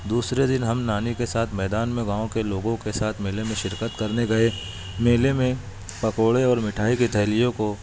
دوسرے دن ہم نانی کے ساتھ میدان میں گاؤں کے لوگوں کے ساتھ میلے میں شرکت کرنے گئے میلے میں پکوڑے اور مٹھائی کی تھیلیوں کو